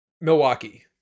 Milwaukee